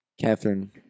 Catherine